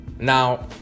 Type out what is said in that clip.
Now